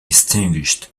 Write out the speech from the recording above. extinguished